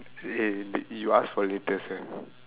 eh you ask for latest eh